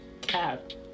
Cat